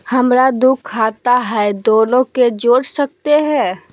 हमरा दू खाता हय, दोनो के जोड़ सकते है?